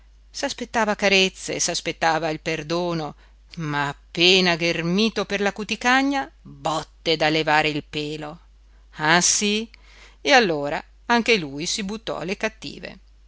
piccinino s'aspettava carezze s'aspettava il perdono ma appena ghermito per la cuticagna botte da levare il pelo ah sì e allora anche lui si buttò alle cattive